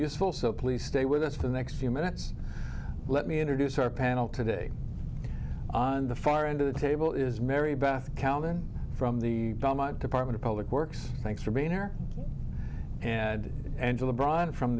useful so please stay with us for the next few minutes let me introduce our panel today on the far end of the table is mary beth cowan from the department of public works thanks for being here and angela br